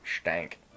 Stank